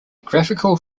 graphical